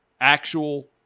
Actual